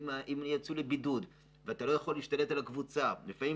אם אחד העובדים יוצא לבידוד אז זה יוצר בעיה נוספת.